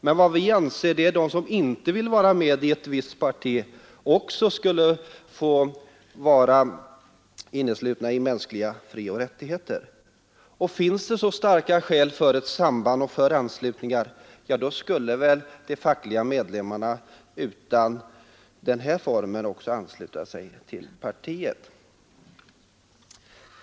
Men vad vi anser är att de som inte vill vara med i visst parti också skall få vara inneslutna i mänskliga frioch rättigheter. Och finns det så starka skäl för ett samband och för anslutningar, ja, då skulle väl de fackliga medlemmarna också utan den här formen ansluta sig till partiet.